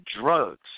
drugs